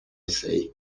see